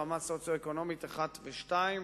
ברמה סוציו-אקונומית 1 ו-2,